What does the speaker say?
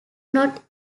not